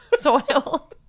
soil